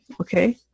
okay